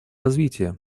развития